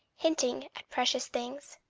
hinting at precious things,